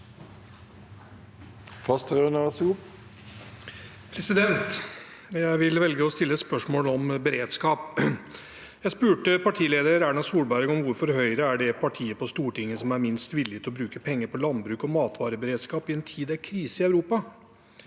Jeg velger å stille et spørsmål om beredskap. Jeg spurte partileder Erna Solberg om hvorfor Høyre er det partiet på Stortinget som er minst villig til å bruke penger på landbruk og matvareberedskap i en tid da det er krise i Europa.